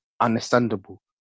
understandable